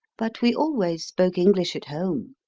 but we always spoke english at home,